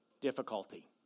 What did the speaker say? difficulty